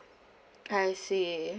I see